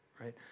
right